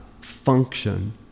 function